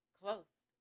close